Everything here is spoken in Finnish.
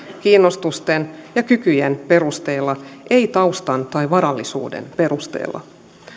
kiinnostusten ja kykyjen perusteella ei taustan tai varallisuuden perusteella